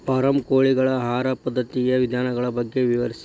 form ಕೋಳಿಗಳ ಆಹಾರ ಪದ್ಧತಿಯ ವಿಧಾನಗಳ ಬಗ್ಗೆ ವಿವರಿಸಿ